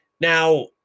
Now